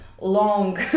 long